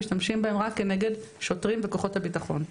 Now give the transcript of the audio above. משתמשים בהם רק כנגד שוטרים וכוחות הביטחון.